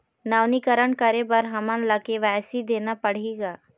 नवीनीकरण करे बर हमन ला के.वाई.सी देना पड़ही का?